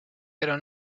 pero